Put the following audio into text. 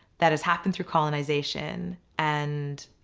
that has happened through colonization, and